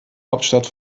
hauptstadt